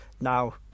Now